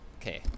Okay